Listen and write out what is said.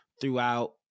throughout